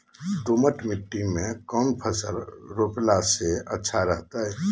दोमट मिट्टी में कौन फसल रोपला से अच्छा रहतय?